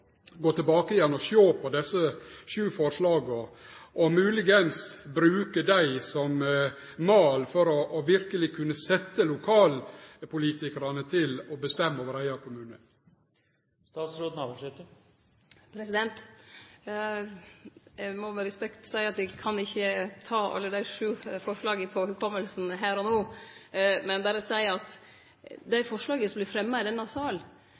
sjå på desse sju forslaga – og kanskje bruke dei som mal, for verkeleg å kunne setje lokalpolitikarane til å bestemme over eigen kommune? Eg må med respekt seie at eg kan ikkje hugse alle dei sju forslaga her og no. Men dei forslaga som vert fremja i denne salen,